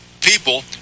people